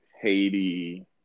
haiti